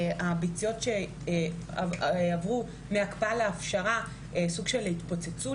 הביציות שעברו מהקפאה להפשרה סוג של התפוצצו,